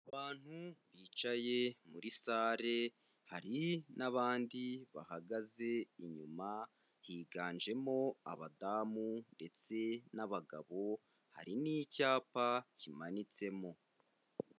Abantu bicaye muri sale hari n'abandi bahagaze inyuma higanjemo abadamu ndetse n'abagabo, hari n'icyapa kimanitsemo.